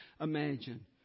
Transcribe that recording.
imagine